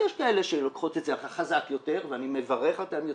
יש כאלה שלוקחות את זה חזק יותר ואני מברך אותן,